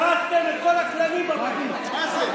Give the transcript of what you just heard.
הרסתם את כל הכללים בבית הזה,